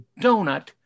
donut